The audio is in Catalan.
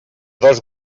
dos